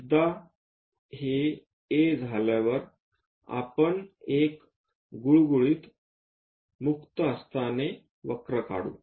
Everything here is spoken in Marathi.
एकदा हे A झाल्यावर आपण एक गुळगुळीत मुक्त हस्ताने वक्र काढू